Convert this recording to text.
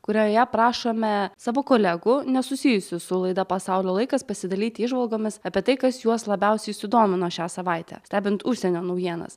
kurioje prašome savo kolegų nesusijusių su laida pasaulio laikas pasidalyti įžvalgomis apie tai kas juos labiausiai sudomino šią savaitę stebint užsienio naujienas